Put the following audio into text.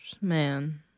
Man